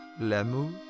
l'amour